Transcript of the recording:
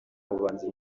bahanzi